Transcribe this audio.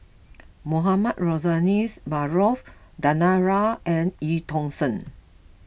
Mohamed Rozani Maarof Danaraj and Eu Tong Sen